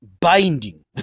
binding